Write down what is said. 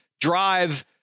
drive